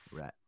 right